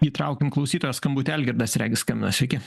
įtraukim klausytojo skambutį algirdas regis skambina sveiki